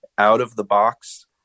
out-of-the-box